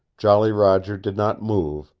jolly roger did not move,